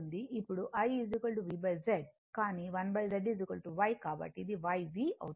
ఇప్పుడు I V Z కానీ 1Z Y కాబట్టి ఇది YV అవుతుంది